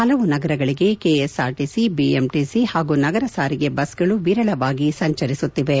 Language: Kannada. ಹಲವು ನಗರಗಳಿಗೆ ಕೆಎಸ್ಆರ್ಟಿಸಿ ಬಿಎಂಟಿಸಿ ಹಾಗೂ ನಗರ ಸಾರಿಗೆ ಬಸ್ಗಳು ವಿರಳವಾಗಿ ಸಂಚರಿಸುತ್ತಿವೆ